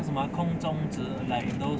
那个叫什么啊空中直 like those